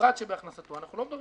אנחנו מדברים